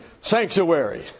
sanctuary